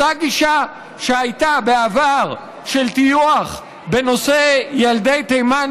אותה גישה שהייתה בעבר של טיוח בנושא ילדי תימן,